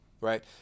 Right